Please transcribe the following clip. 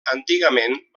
antigament